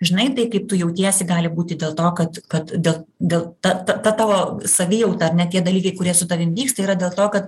žinai taip kaip tu jautiesi gali būti dėl to kad kad dėl dėl ta ta ta tavo savijauta ar ne tie dalykai kurie su tavim vyksta yra dėl to kad